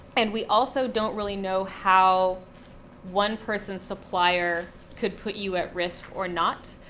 and we also don't really know how one person's supplier could put you at risk or not.